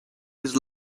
his